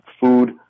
food